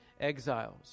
exiles